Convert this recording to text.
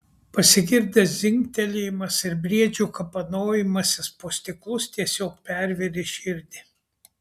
pasigirdęs dzingsėjimas ir briedžio kapanojimasis po stiklus tiesiog pervėrė širdį